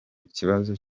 ikibazo